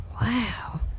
Wow